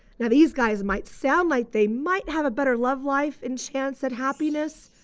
now these guys might sound like they might have a better love life and chance at happiness,